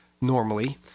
normally